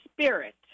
spirit